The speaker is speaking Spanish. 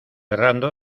errando